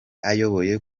ayoboye